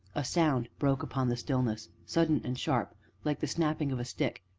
a sound broke upon the stillness sudden and sharp like the snapping of a stick.